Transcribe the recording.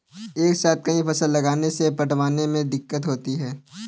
एक साथ कई फसल लगाने से पटवन में दिक्कत होती है